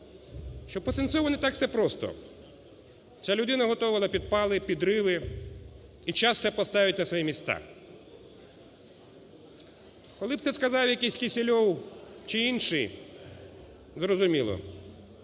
що по Сенцову не так все просто, ця людина готова на підпали, підриви, і час все поставить на свої місця. Коли б це сказав якийсь Кисельов чи інший, зрозуміло,